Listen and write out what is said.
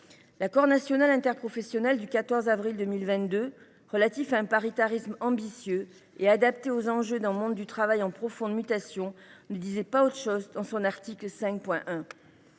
L’accord national interprofessionnel du 14 avril 2022 relatif à un paritarisme ambitieux et adapté aux enjeux d’un monde du travail en profonde mutation ne disait pas autre chose dans son article 5.1.